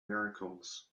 miracles